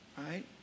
right